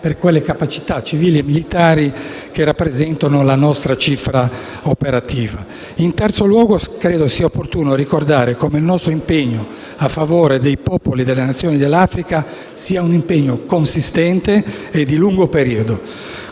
per quelle capacità civili e militari che rappresentano la nostra cifra operativa. Credo sia poi opportuno ricordare come il nostro impegno a favore dei popoli delle Nazioni dell'Africa sia consistente e di lungo periodo.